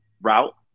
route